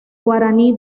guaraní